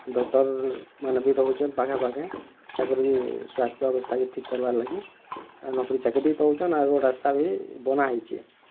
doctor ମାନେ ବି ରହୁଛନ୍ ପାଖେ ପାଖେ ତାକର୍ ଇ ସ୍ୱାସ୍ଥ୍ୟ ଅବସ୍ଥାକେ ଠିକ୍ କରବା ଲାଗି ଆର୍ ନକରୀ ଚାକରୀ ବି ପାଉଛନ୍ ଆର୍ ରୋଡ଼୍ ରାସ୍ତା ବି ବନାହେଇଛେ